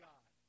God